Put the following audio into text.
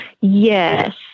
Yes